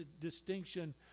distinction